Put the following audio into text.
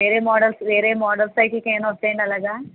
వేరే మోడల్స్ వేరే model cycle కు అయినా వస్తాయండి అలాగా